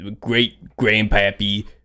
great-grandpappy